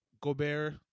Gobert